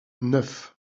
neuf